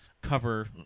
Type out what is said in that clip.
cover